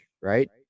right